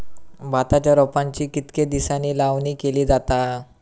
भाताच्या रोपांची कितके दिसांनी लावणी केली जाता?